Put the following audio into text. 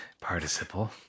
participle